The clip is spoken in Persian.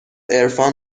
عرفان